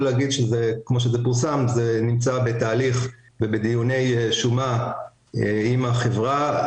לומר שזה נמצא בתהליך ובדיוני שומה עם החברה.